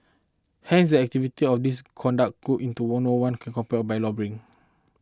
hence the activity of these conduct group into one or one could compared by lobbying